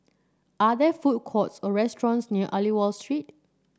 are there food courts or restaurants near Aliwal Street